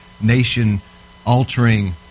nation-altering